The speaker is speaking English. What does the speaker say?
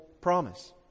promise